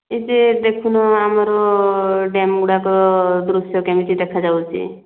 ଏ ଯେ ଦେଖୁନ ଆମର ଡ୍ୟାମଗୁଡ଼ାକର ଦୃଶ୍ୟ କେମିତି ଦେଖାଯାଉଛି